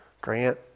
Grant